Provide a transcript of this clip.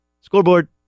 scoreboard